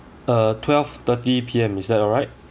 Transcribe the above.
uh twelve thirty P_M is that alright